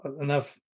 enough